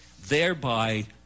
thereby